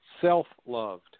self-loved